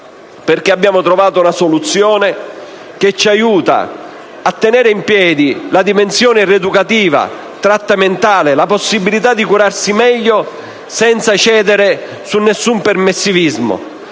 abbiamo trovato la soluzione che ci aiuta a tenere in piedi la dimensione rieducativa, trattamentale, la possibilità di curarsi meglio, senza cedere ad alcun permissivismo;